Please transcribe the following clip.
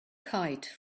kite